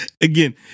again